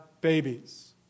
babies